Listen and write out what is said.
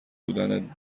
بودن